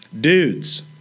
Dudes